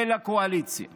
ולקואליציה